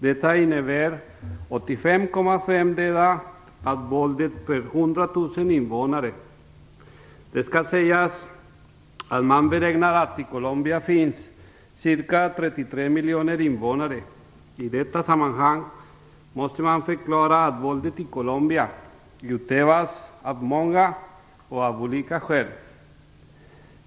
Detta innebär 85,5 döda på grund av våldet per 100 000 invånare. Det skall sägas att man beräknar att det i Colombia finns ca 33 miljoner invånare. I detta sammanhang måste man förklara att våldet i Colombia utövas av många och av olika skäl.